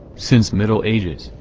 since middle ages,